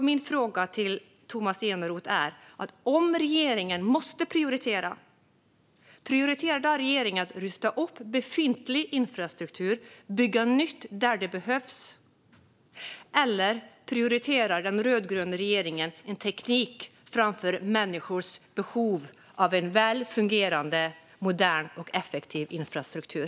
Min fråga till Tomas Eneroth är: Om regeringen måste prioritera, prioriterar då regeringen att rusta upp befintlig infrastruktur och bygga nytt där det behövs, eller prioriterar den rödgröna regeringen teknik framför människors behov av en väl fungerande, modern och effektiv infrastruktur?